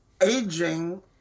aging